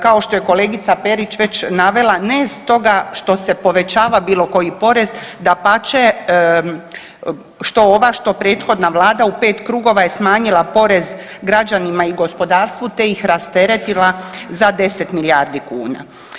Kao što je kolegica Perić već navela ne stoga što se povećava bilo koji porez, dapače što ova što prethodna vlada u 5 krugova je smanjila porez građanima i gospodarstvu, te ih rasteretila za 10 milijardi kuna.